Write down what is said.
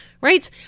right